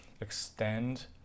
extend